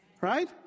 Right